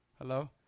hello